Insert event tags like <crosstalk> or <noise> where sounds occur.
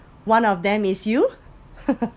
one of them is you <laughs>